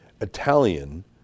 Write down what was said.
Italian